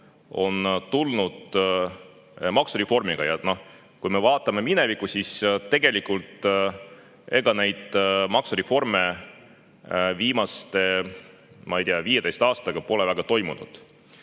on tulnud maksureformiga ja kui me vaatame minevikku, siis tegelikult ega neid maksureforme viimase 15 aastaga pole väga toimunud.